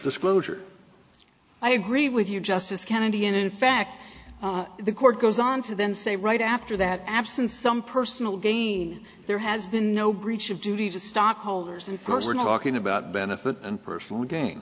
disclosure i agree with your justice kennedy and in fact the court goes on to then say right after that absent some personal gain there has been no breach of duty to stockholders and personal walking about benefit and personal gain